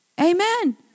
Amen